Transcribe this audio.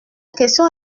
question